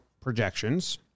projections